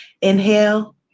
Inhale